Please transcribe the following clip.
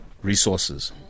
Resources